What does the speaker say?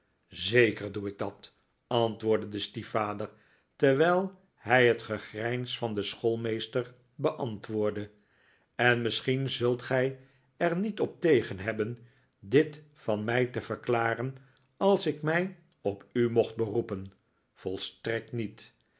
zeker doe ik dat antwoordde de stiefvader terwijl hij het gegrijns van den schoolmeester beantwoordde en misschien zult gij er niet op tegen hebben dit van mij te verklaren als ik mij op u mocht bero'epen volstrekt niet